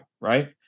right